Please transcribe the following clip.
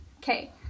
okay